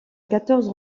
quatorze